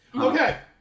Okay